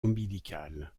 ombilical